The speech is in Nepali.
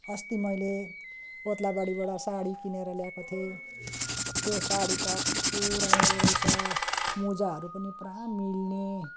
अस्ति मैले ओदलाबारीबाट साडी किनेर ल्याएको थिएँ त्यो साडी त कस्तो राम्रो रहेछ मुजाहरू पनि पुरा मिल्ने